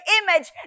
image